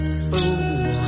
fool